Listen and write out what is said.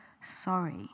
sorry